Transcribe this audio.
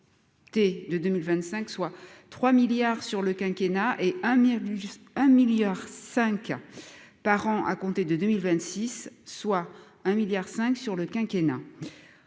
soit 20 milliards sur le quinquennat un milliard 5 par an à compter de 2025 soit 4,5 milliards sur le quinquennat